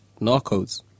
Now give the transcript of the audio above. Narcos